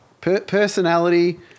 Personality